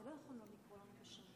אתה מחויב לקרוא בשם